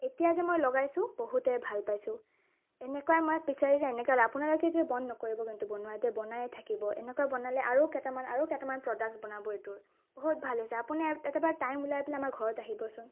এতিয়া যে মই লগাইছো বহুতে ভাল পাইছো এনেকুৱাই মই আপোনালোকে যে বন্ধ নকৰিব কিন্তু বনোৱা দেই বনাইয়ে থাকিব এনেকুৱা বনালে আৰু কেইটামান আৰু কেইটামান প্ৰডাক্টছ বনাব এইটোৰ বহুত ভাল হৈছে আপুনি একেবাৰে টাইম উলিয়াই পেলাই আমাৰ ঘৰত আহিবচোন